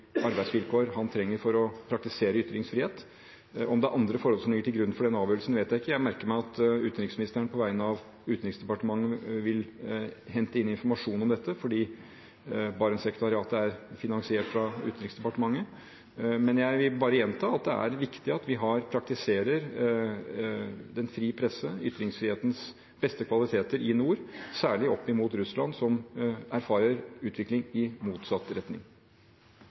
arbeidsvilkår han trenger for å praktisere ytringsfrihet. Om det er andre forhold som ligger til grunn for avgjørelsen, vet jeg ikke. Jeg merker meg at utenriksministeren på vegne av Utenriksdepartementet vil hente inn informasjon om dette, fordi Barentssekretariatet er finansiert av Utenriksdepartementet. Jeg vil bare gjenta at det er viktig at vi praktiserer den frie presse, ytringsfrihetens beste kvaliteter i nord – særlig opp imot Russland, som erfarer utvikling i motsatt retning.